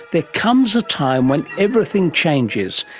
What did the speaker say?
there comes a time when everything changes,